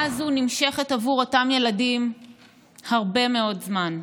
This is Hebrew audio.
הזאת נמשכת עבור אותם ילדים הרבה מאוד זמן,